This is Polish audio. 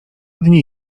dni